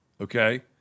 Okay